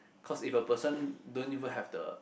cause if a person don't even have the